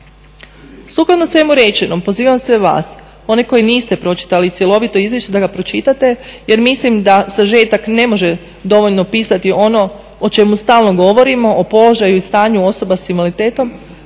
Sukladno svemu rečeno, pozivam sve vas, one koji niste pročitali cjelovito izvješće da ga pročitate jer mislim da sažetak ne može dovoljno opisati ono o čemu stalno govorimo, o položaju i stanju osoba s invaliditetom